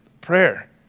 prayer